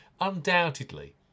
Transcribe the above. Undoubtedly